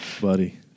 buddy